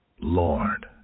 Lord